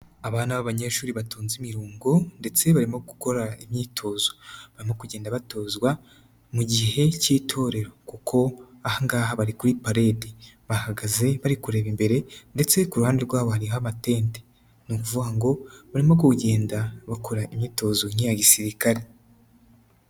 Abana b'abanyeshuri batonze imirongo ndetse barimo gukora imyitozo, barimo kugenda batozwa mu gihe cy'itorero kuko aha ngaha bari kuri paledi, bahagaze bari kureba imbere ndetse ku ruhande rwabo hariho amatente, ni ukuvuga ngo barimo kugenda, bakora imyitozo nk'iya gisirikare.